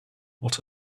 what